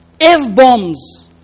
F-bombs